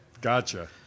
Gotcha